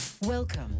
Welcome